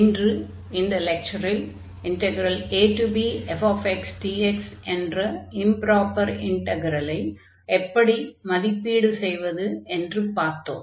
இன்று இந்த லெக்சரில் abfxdx என்ற இம்ப்ராப்பர் இன்டக்ரலை எப்படி மதிப்பீடு செய்வது என்று பார்த்தோம்